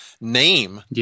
name